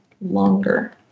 longer